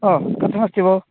ओ कथमस्ति भोः